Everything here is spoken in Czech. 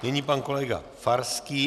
Nyní pan kolega Farský.